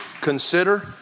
consider